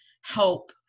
help